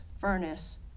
furnace